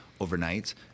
overnight